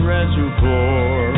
Reservoir